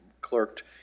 clerked